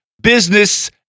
business